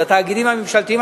בתאגידים הממשלתיים,